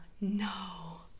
No